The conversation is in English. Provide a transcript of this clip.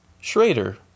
Schrader